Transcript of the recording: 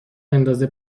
بندازه